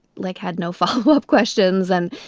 like, had no follow up questions. and,